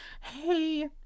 hey